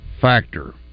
factor